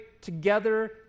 together